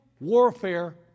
warfare